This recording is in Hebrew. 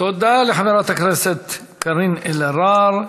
תודה לחברת הכנסת קארין אלהרר.